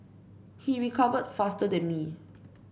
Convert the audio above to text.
he recovered faster than me